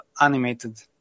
animated